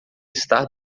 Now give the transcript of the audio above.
estar